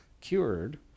cured